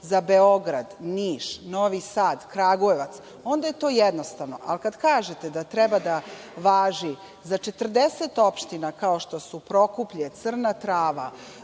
za Beograd, Niš, Novi Sad, Kragujevac onda je to jednostavno, ali kad kažete da treba da važi za 40 opština kao što su Prokuplje, Crna Trava,